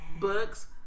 books